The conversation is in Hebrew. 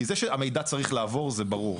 כי זה שהמידע צריך לעבור, זה ברור.